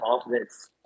confidence